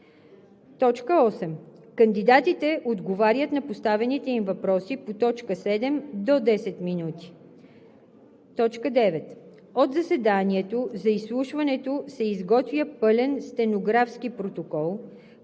всяко. 8. Кандидатите отговарят на поставените им въпроси по т. 7 – до 10 минути. 9. От заседанието за изслушването се изготвя пълен стенографски протокол,